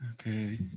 Okay